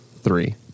three